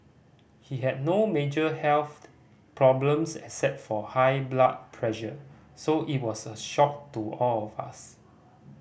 he had no major health problems except for high blood pressure so it was a shock to all of us